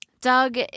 Doug